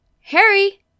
Harry